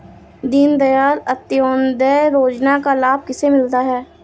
दीनदयाल अंत्योदय योजना का लाभ किसे मिलता है?